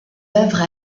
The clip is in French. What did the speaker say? œuvres